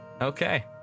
okay